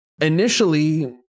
initially